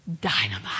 Dynamite